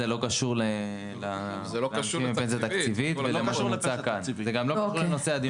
זה לא קשור לפנסיה תקציבית וזה גם לא קשור לנושא הדיון.